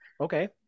Okay